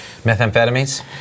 methamphetamines